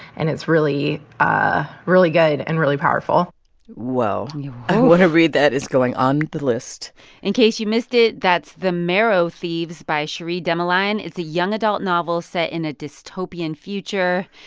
and it's really, ah really good and really powerful whoa. i want to read that. that is going on the list in case you missed it, that's the marrow thieves, by cherie dimaline. it's a young adult novel set in a dystopian future.